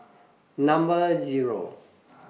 Number Zero